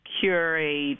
curate –